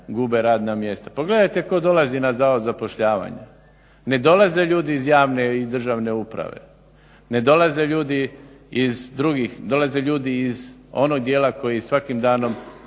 gube radna mjesta. Pogledajte tko dolazi na Zavod za zapošljavanje? Ne dolaze ljudi iz javne i državne uprave, ne dolaze ljudi iz drugih, dolaze ljudi iz onog dijela koji svakim danom